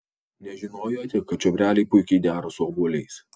nežinojote kad čiobreliai puikiai dera su obuoliais